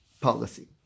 policy